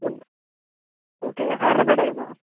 ఓ okay Hyderabad ఏ కదా